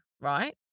right